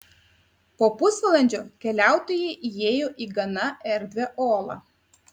po pusvalandžio keliautojai įėjo į gana erdvią olą